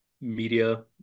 media